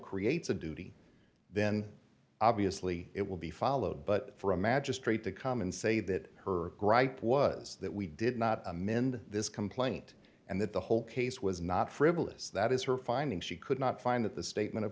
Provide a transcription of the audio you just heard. creates a duty then obviously it will be followed but for a magistrate to come and say that her gripe was that we did not amend this complaint and that the whole case was not frivolous that is her finding she could not find that the statement